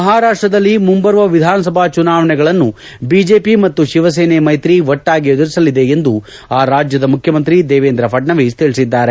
ಮಹಾರಾಷ್ಟ್ದಲ್ಲಿ ಮುಂಬರುವ ವಿಧಾನಸಭಾ ಚುನಾವಣೆಗಳನ್ನು ಬಿಜೆಪಿ ಮತ್ತು ಶಿವಸೇನೆ ಮೈತ್ರಿ ಒಟ್ವಾಗಿ ಎದುರಿಸಲಿವೆ ಎಂದು ಆ ರಾಜ್ಯದ ಮುಖ್ಯಮಂತ್ರಿ ದೇವೇಂದ್ರ ಫಡ್ಡ ವೀಸ್ ತಿಳಿಸಿದ್ದಾರೆ